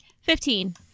Fifteen